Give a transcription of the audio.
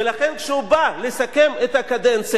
כשהוא בא לסכם את הקדנציה הזאת,